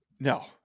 no